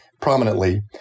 prominently